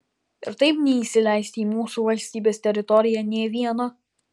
ir taip neįsileisti į mūsų valstybės teritoriją nė vieno